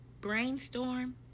Brainstorm